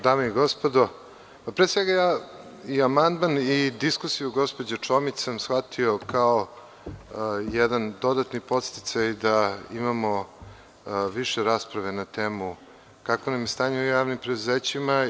Dame i gospodo, pre svega i amandman i diskusiju gospođe Čomić sam shvatio kao jedan dodatni podsticaj da imamo više rasprave na temu kakvo nam je stanje u javnim preduzećima.